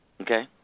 Okay